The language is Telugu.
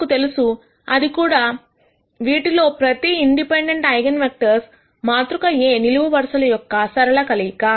మనకు అది కూడా తెలుసు వీటిలో ప్రతి ఇండిపెండెంట్ ఐగన్ వెక్టర్స్ మాతృక A నిలువు వరుసల యొక్క సరళ కలయిక